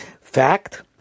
fact